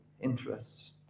interests